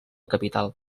capital